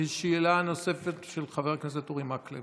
שאלה נוספת, של חבר הכנסת אורי מקלב.